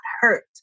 hurt